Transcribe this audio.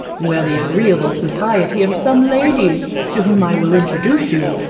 where the agreeable society of some ladies, to whom i will introduce you,